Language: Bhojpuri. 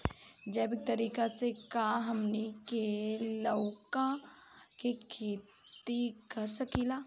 जैविक तरीका से का हमनी लउका के खेती कर सकीला?